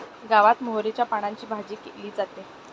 गावात मोहरीच्या पानांची भाजी केली जाते